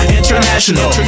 international